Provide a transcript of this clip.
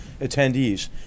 attendees